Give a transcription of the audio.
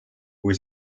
kui